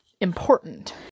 important